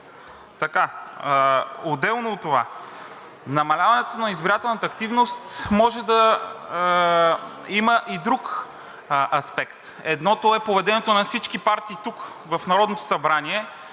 Отделно от това, намаляването на избирателната активност може да има и друг аспект – едното е поведението на всички партии тук в Народното събрание